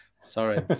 sorry